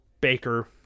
Baker